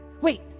Wait